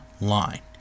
line